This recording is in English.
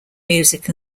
music